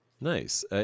Nice